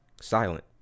silent